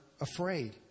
afraid